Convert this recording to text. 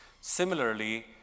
Similarly